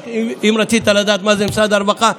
אם רצית לדעת מה זה משרד הרווחה,